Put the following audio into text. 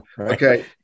Okay